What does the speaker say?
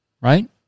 right